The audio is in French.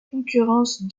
concurrence